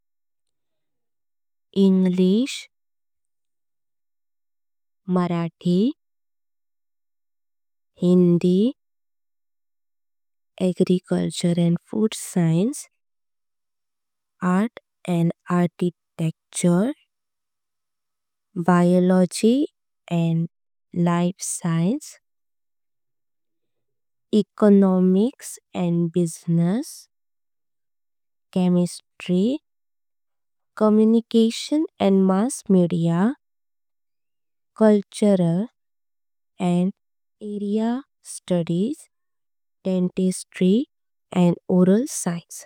इंग्लिश, Marathi, Hindi, agriculture and food science. Art and architecture, biology and life science. Business and economics, chemistry, communication. And mass media, cultural and area. Studies dentistry and oral science.